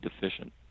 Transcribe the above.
deficient